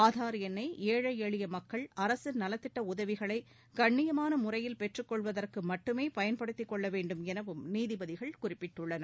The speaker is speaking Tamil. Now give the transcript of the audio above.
ஆதார் எண்னை ஏழை எளிய மக்கள் அரசின் நலத்திட்ட உதவிகளை கண்ணியமான முறையில் பெற்றுக் கொள்வதற்கு மட்டுமே பயன்படுத்திக் கொள்ள வேண்டுமௌவும் நீதிபதிகள் குறிப்பிட்டுள்ளார்